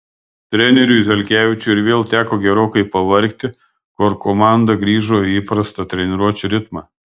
treneriui zelkevičiui ir vėl teko gerokai pavargti kol komanda grįžo į įprastą treniruočių ritmą